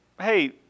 hey